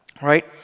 Right